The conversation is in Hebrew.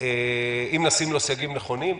אם נשים לו סייגים נכונים,